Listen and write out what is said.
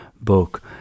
book